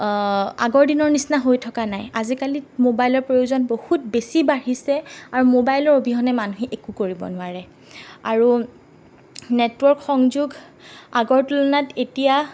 আগৰ দিনৰ নিচিনা হৈ থকা নাই আজিকালি মোবাইলৰ প্ৰয়োজন বহুত বেছি বাঢ়িছে আৰু মোবাইলৰ অবিহনে মানুহে একো কৰিব নোৱাৰে আৰু নেটৱৰ্ক সংযোগ আগৰ তুলনাত এতিয়া